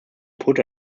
put